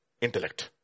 intellect